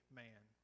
man